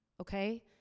Okay